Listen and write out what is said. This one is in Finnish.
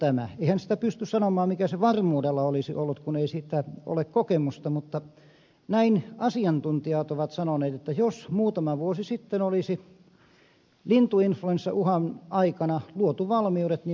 eihän sitä pysty sanomaan mikä se varmuudella olisi ollut kun ei siitä ole kokemusta mutta näin asiantuntijat ovat sanoneet että jos muutama vuosi sitten olisi lintuinfluenssauhan aikana luotu valmiudet niin me voisimme nyt toimia